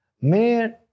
Man